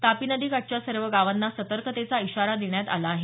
तापी नदी काठच्या सर्व गावांना सतर्कतेचा इशारा देण्यात आला आहे